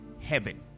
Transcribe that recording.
heaven